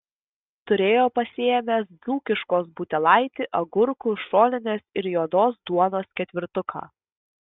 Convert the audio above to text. turėjo pasiėmęs dzūkiškos butelaitį agurkų šoninės ir juodos duonos ketvirtuką